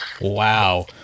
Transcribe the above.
Wow